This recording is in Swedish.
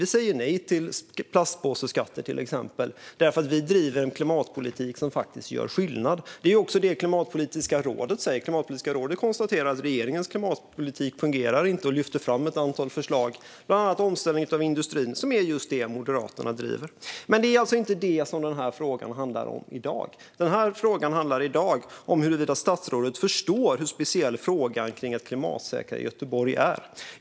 Vi säger nej till plastpåseskatter, till exempel, för vi driver en klimatpolitik som faktiskt gör skillnad. Det är också vad Klimatpolitiska rådet säger. De konstaterar att regeringens klimatpolitik inte fungerar. De lyfter fram ett antal förslag, bland annat omställning av industrin, som är just det som Moderaterna driver. Men det är alltså inte detta frågan handlar om i dag. Frågan i dag handlar om huruvida statsrådet förstår hur speciell frågan kring ett klimatsäkrare Göteborg är.